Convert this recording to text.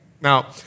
Now